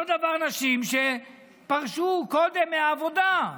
אותו דבר נשים שפרשו קודם מהעבודה.